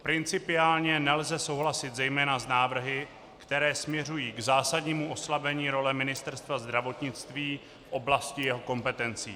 Principiálně nelze souhlasit zejména s návrhy, které směřují k zásadnímu oslabení role Ministerstva zdravotnictví v oblasti jeho kompetencí.